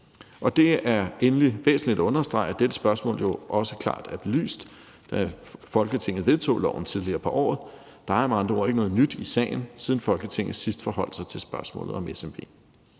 Endelig er det væsentligt at understrege, at dette spørgsmål jo også klart var belyst, da Folketinget vedtog loven tidligere på året. Der er med andre ord ikke noget nyt i sagen, siden Folketinget sidst forholdt sig til spørgsmålet om